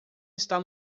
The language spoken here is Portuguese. está